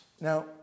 Now